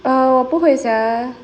err 我不会 sia